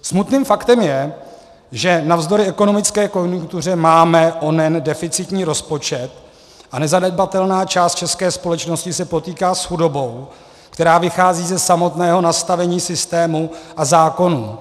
Smutným faktem je, že navzdory ekonomické konjunktuře máme onen deficitní rozpočet a nezanedbatelná část české společnosti se potýká s chudobou, která vychází ze samotného nastavení systému a zákonů.